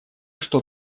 что